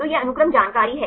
तो ये अनुक्रम जानकारी हैं